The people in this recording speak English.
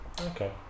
Okay